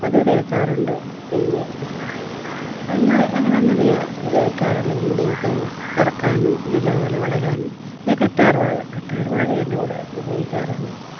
അത് തേക്കാറുണ്ട് പിന്നെ എണ്ണ ഞങ്ങളങ്ങനെയാണ് തേക്കാറുള്ളത് മുടിയൊക്കെ കറുക്കാനും നല്ലതുപോലെ വളരാനും പിന്നെ കറ്റാർവാഴ കറ്റാർവാഴ അതിന്റെകൂടെ ഉപയോഗിക്കാറുണ്ട്